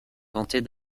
tenter